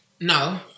No